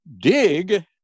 dig